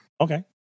Okay